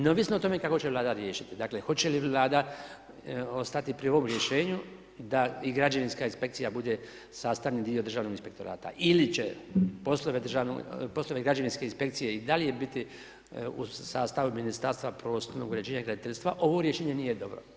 Neovisno o tome kako će Vlada riješiti, dakle, hoće li Vlada ostati pri ovom rješenju da i građevinska inspekcija bude sastavni dio državnog inspektorata ili će poslove građevinske inspekcije i dalje biti u sastavu Ministarstva prostornog uređenja i graditeljstva ovo rješenje nije dobro.